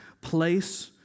place